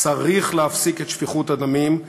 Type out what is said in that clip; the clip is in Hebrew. צריך להפסיק את שפיכות הדמים,